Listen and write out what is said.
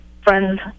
friends